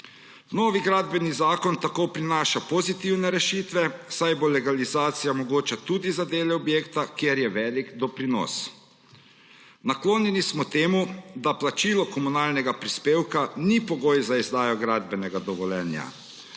Novi gradbeni zakon tako prinaša pozitivne rešitve, saj bo legalizacija mogoča tudi za dele objekta, kjer je velik doprinos. Naklonjeni smo temu, da plačilo komunalnega prispevka ni pogoj za izdajo gradbenega dovoljenja,